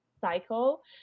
cycle